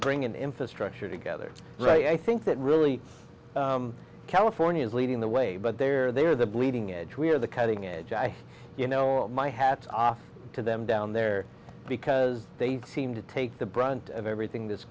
bring an infrastructure together i think that really california is leading the way but they're they are the bleeding edge we are the cutting edge you know my hat's off to them down there because they seem to take the brunt of everything that's